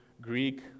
Greek